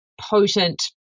potent